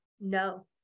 No